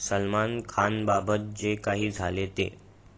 सलमान खानबाबत जे काही झाले ते